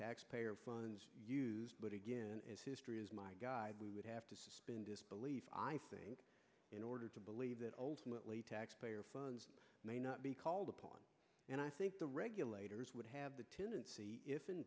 taxpayer funds used but again as history is my guide we would have to suspend disbelief i think in order to believe that ultimately taxpayer funds may not be called upon and i think the regulators would have the t